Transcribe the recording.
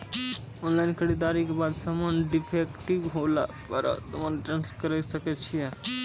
Online खरीददारी के बाद समान डिफेक्टिव होला पर समान रिटर्न्स करे सकय छियै?